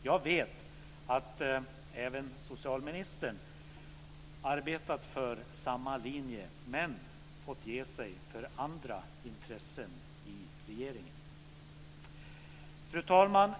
Jag vet att även socialministern arbetat för samma linje men fått ge sig för andra intressen i regeringen. Fru talman!